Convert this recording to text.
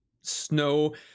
snow